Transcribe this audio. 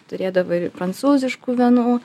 turėdavo ir prancūziškų vynų